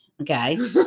okay